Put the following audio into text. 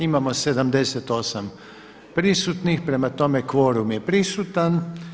Imamo 78 prisutnih, prema tome kvorum je prisutan.